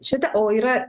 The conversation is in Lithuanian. šita o yra